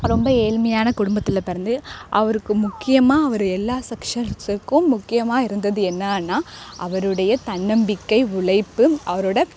ரொம்ப ஏழ்மையான குடும்பத்தில் பிறந்து அவருக்கு முக்கியமா அவரு எல்லா சக்ஸஸ்ஸுக்கும் முக்கியமாக இருந்தது என்னன்னா அவருடைய தன்னம்பிக்கை உழைப்பு அவரோடய